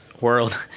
world